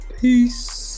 peace